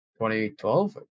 2012